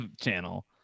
channel